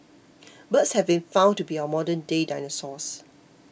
birds have been found to be our modernday dinosaurs